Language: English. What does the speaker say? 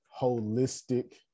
holistic